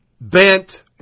bent